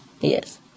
Yes